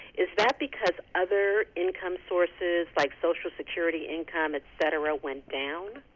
is that because other income sources like social security income, et cetera, went down?